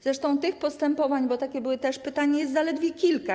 Zresztą tych postępowań - bo takie też były pytania - jest zaledwie kilka.